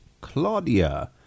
Claudia